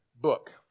book